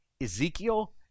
Ezekiel